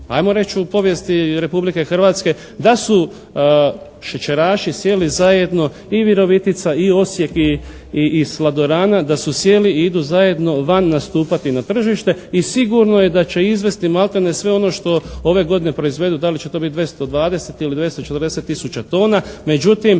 ajmo reći u povijesti Republike Hrvatske da su šećeraši sjeli zajedno i Virovitica i Osijek i "Sladorana" da su sjeli i idu zajedno van nastupati na tržište i sigurno je da će izvesti maltene sve ono što ove godine proizvedu, da li će to biti 220 ili 240 tisuća tona, međutim